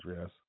yes